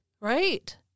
Right